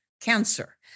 cancer